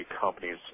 companies